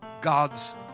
God's